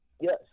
Yes